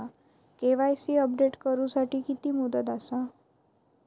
KYC update करू साठी किती मुदत आसा?